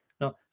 No